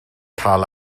cael